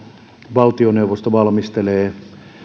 valtioneuvosto valmistelee